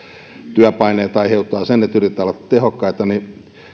työpaineet aiheuttavat sen että yritetään olla tehokkaita niin